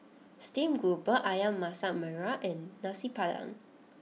Stream Grouper Ayam Masak Merah and Nasi Padang